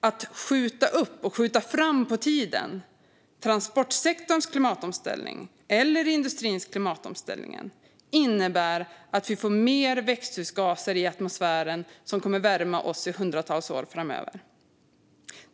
Att skjuta upp eller skjuta transportsektorns eller industrins klimatomställning på framtiden innebär att vi får mer växthusgaser i atmosfären som kommer att värma oss i hundratals år framöver.